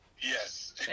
yes